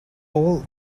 all